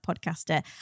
podcaster